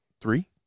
Three